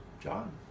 John